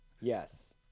Yes